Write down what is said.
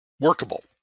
workable